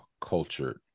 cultured